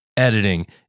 editing